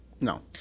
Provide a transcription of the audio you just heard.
No